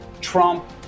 Trump